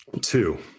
Two